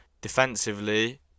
Defensively